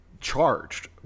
charged